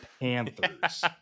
Panthers